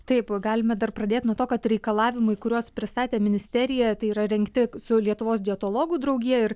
taip galime dar pradėt nuo to kad reikalavimai kuriuos pristatė ministerija tai yra rengti su lietuvos dietologų draugija ir